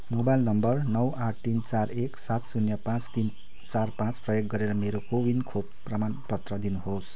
mobile नम्बर नौ आठ तिन चार एक सात शून्य पाँच तिन चार पाँच प्रयोग गरेर मेरो कोविन खोप प्रमाणपत्र दिनुहोस्